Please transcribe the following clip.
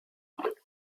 that